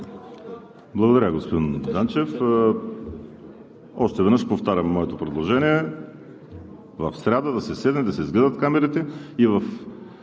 Благодаря, господин Данчев. Още веднъж повтарям моето предложение: в сряда да се седне, да се изгледат камерите.